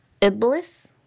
Iblis